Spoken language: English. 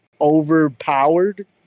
overpowered